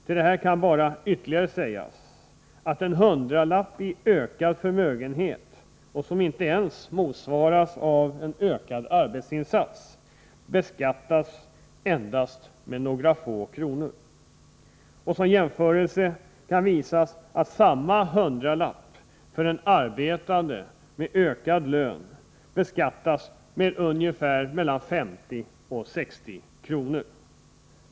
Till detta kan bara ytterligare sägas att en hundralapp i ökad förmögenhet, som inte ens motsvaras av en ökad arbetsinsats, beskattas endast med några få kronor. Som jämförelse kan visas att samma hundralapp i ökad lön för en arbetande beskattas med mellan 50 och 60 kr.